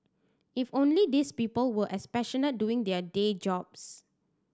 if only these people were as passionate doing their day jobs